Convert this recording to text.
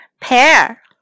pear